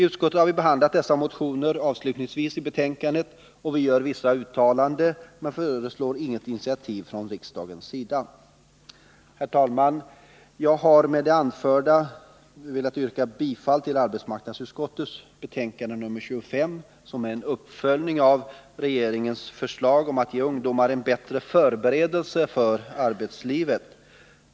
Utskottet har behandlat dessa motioner avslutningsvis i betänkandet, och vi gör vissa uttalanden men föreslår inget initiativ från riksdagens sida. Herr talman! Med det anförda vill jag yrka bifall till arbetsmarknadsutskottets hemställan i betänkandet nr 25, som är en uppföljning av regeringens förslag om att ge ungdomar en bättre förberedelse för arbetslivet.